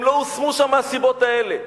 הם לא הושמו שם מהסיבות האלה.